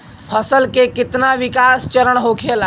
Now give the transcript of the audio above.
फसल के कितना विकास चरण होखेला?